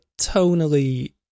tonally